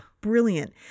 brilliant